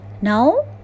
now